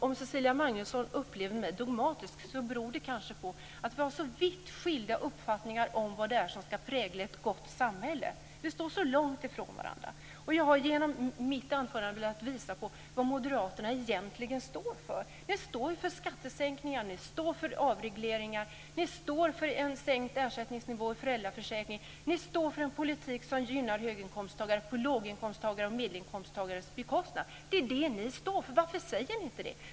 Om Cecilia Magnusson upplever mig som dogmatisk kanske det beror på att vi har så vitt skilda uppfattningar om vad det är som ska prägla ett gott samhälle. Vi står så långt ifrån varandra. Jag har genom mitt anförande velat visa på vad Moderaterna egentligen står för. Ni står för skattesänkningar, för avregleringar och för en sänkt ersättningsnivå i föräldraförsäkringen. Ni står för en politik som gynnar höginkomsttagare på låginkomst och medelinkomsttagares bekostnad. Det är detta som ni står för. Varför säger ni inte det?